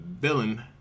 Villain